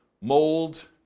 mold